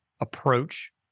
approach